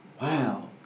Wow